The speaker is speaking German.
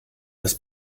das